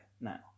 now